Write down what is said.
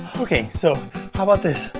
okay, so how about this?